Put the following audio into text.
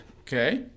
Okay